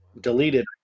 deleted